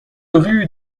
rue